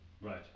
Right